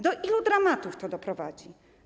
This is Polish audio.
Do ilu dramatów to doprowadzi?